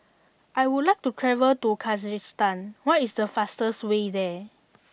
I would like to travel to Kyrgyzstan what is the fastest way there